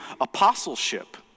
apostleship